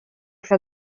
for